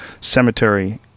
Cemetery